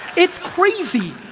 it's crazy,